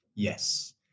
Yes